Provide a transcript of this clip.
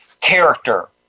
character